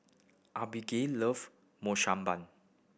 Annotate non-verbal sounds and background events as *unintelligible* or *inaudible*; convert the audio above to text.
Abigayle love *unintelligible*